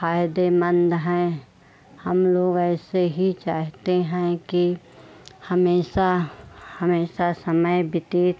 फायदेमंद है हम लोग ऐसे ही चाहते हैं कि हमेशा हमेशा समय व्यतीत